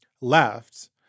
Left